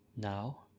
Now